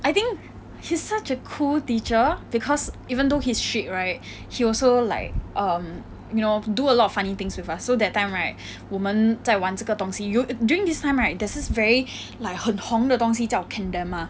I think he's such a cool teacher because even though he's strict right he also like um you know do a lot of funny things with us so that time right 我们在玩这个东西 you during this time right there's this very like 很红的东西叫 kendama